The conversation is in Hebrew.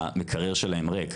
המקרר שלהם ריק.